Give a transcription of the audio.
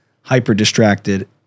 hyper-distracted